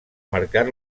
mercat